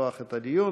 לפתוח את הדיון.